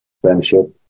friendship